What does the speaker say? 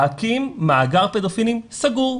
להקים מאגר פדופילים סגור.